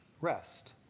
rest